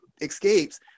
escapes